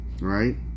right